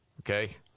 Okay